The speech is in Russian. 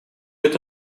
это